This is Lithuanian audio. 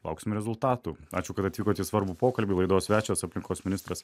lauksime rezultatų ačiū kad atvykot į svarbų pokalbių laidos svečias aplinkos ministras